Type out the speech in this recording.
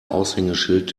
aushängeschild